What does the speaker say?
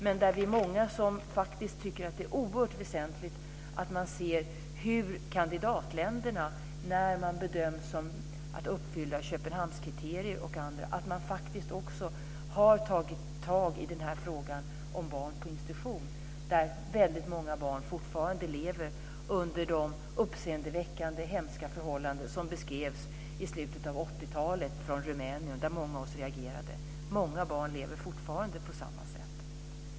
Men vi är många som faktiskt tycker att det är oerhört väsentligt att man ser hur kandidatländerna, när de bedöms uppfylla Köpenhamnskritierna och andra, faktiskt också har tagit itu med frågan om barn på institution. Väldigt många barn lever fortfarande under sådana uppseendeväckande hemska förhållanden i Rumänien som beskrevs i slutet av 80-talet. Många av oss reagerade då. Många barn lever fortfarande på samma sätt.